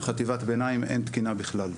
יסודי וחטיבת ביניים, אין תקינה בכלל,